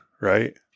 right